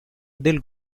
del